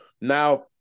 now